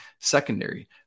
secondary